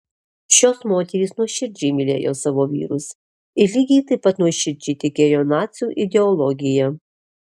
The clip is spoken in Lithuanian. šios moterys nuoširdžiai mylėjo savo vyrus ir lygiai taip pat nuoširdžiai tikėjo nacių ideologija